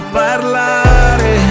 parlare